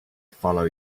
follow